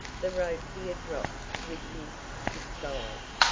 the rope he had dropped with his disguise,